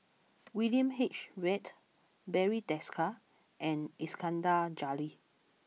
William H Read Barry Desker and Iskandar Jalil